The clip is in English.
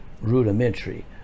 rudimentary